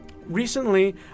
Recently